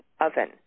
oven